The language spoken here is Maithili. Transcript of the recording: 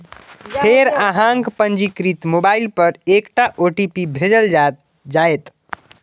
फेर अहांक पंजीकृत मोबाइल पर एकटा ओ.टी.पी भेजल जाएत